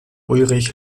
ulrich